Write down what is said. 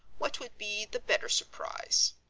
what would be the better surprise.